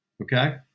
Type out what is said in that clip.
Okay